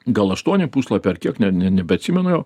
gal aštuoni puslapiai ar kiek ne nebeatsimenu jau